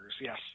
yes